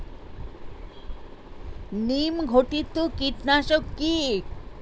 নিম ঘটিত কীটনাশক কি?